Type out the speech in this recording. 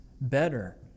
better